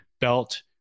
Belt